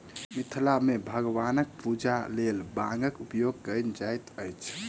मिथिला मे भगवानक पूजाक लेल बांगक उपयोग कयल जाइत अछि